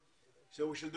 אז נדבר